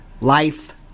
life